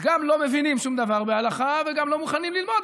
אז גם לא מבינים שום דבר בהלכה וגם לא מוכנים ללמוד,